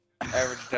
Average